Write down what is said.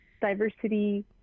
diversity